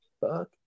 fuck